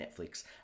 Netflix